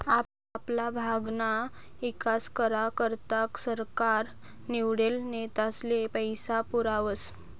आपापला भागना ईकास करा करता सरकार निवडेल नेतास्ले पैसा पुरावस